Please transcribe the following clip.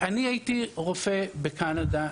אני הייתי רופא בקנדה.